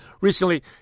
recently